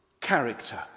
character